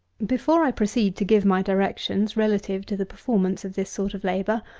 before i proceed to give my directions relative to the performance of this sort of labour,